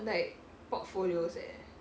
like portfolios eh